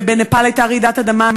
ובנפאל הייתה רעידת אדמה,